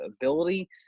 ability